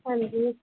ਹਾਂਜੀ